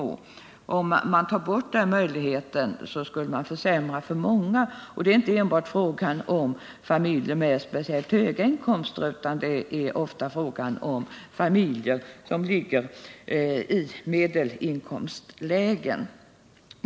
Jag menar att om man tar bort den möjligheten skulle man åstadkomma en försämring för många. Det är inte enbart fråga om familjer med speciellt höga inkomster, utan det är ofta fråga om familjer i medelinkomstlägen.